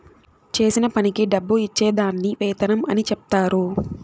చేసిన పనికి డబ్బు ఇచ్చే దాన్ని వేతనం అని చెప్తారు